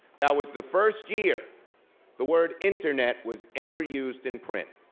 that was the first year the word internet was ever used in print.